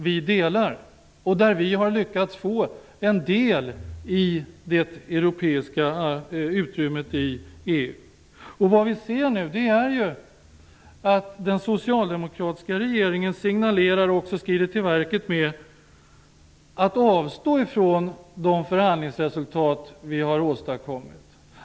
Vi delar den inställningen. Där har vi lyckats få en del i det europeiska utrymmet i EU. Nu ser vi att den socialdemokratiska regeringen signalerar, och även skrider till verket med, att avstå ifrån de förhandlingsresultat vi har åstadkommit.